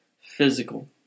physical